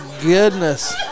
goodness